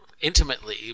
intimately